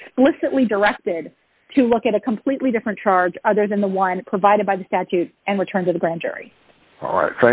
explicitly directed to look at a completely different charge other than the one provided by the statute and return to the grand jury